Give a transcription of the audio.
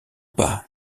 pas